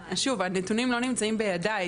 שוב, הנתונים לא נמצאים בידי.